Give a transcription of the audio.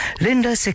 linda